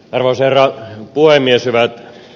hyvät edustajat